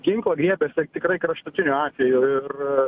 ginklo griebiasi tikrai kraštutiniu atveju ir